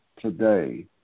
today